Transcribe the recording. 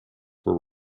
were